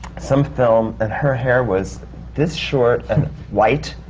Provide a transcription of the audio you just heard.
some film and her hair was this short and white.